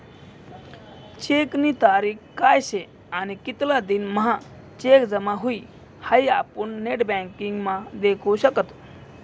चेकनी तारीख काय शे आणि कितला दिन म्हां चेक जमा हुई हाई आपुन नेटबँकिंग म्हा देखु शकतस